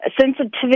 sensitivity